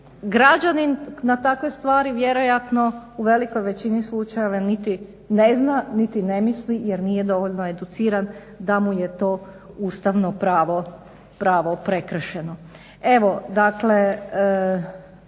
Građanin na takve stvari vjerojatno u velikoj većini slučajeva niti ne zna, niti ne misli jer nije dovoljno educiran da mu je to ustavno pravo prekršeno. Evo dakle